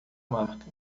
marca